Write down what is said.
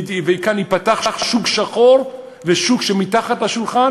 וייפתח כאן שוק שחור ושוק שמתחת לשולחן.